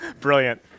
brilliant